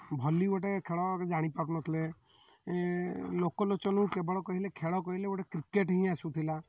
ଭଲି ଗୋଟେ ଖେଳ ବୋଲି ଜାଣିପାରୁନଥିଲେ ଲୋକଲୋଚନକୁ କେବଳ କହିଲେ ଖେଳ କହିଲେ ଗୋଟେ କ୍ରିକେଟ୍ ହିଁ ଆସୁଥିଲା